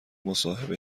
مصاحبه